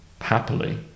happily